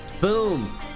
Boom